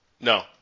No